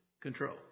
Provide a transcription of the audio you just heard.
control